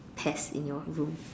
pests in your room